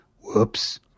whoops